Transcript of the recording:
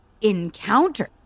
encounter